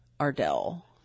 Ardell